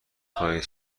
خواهید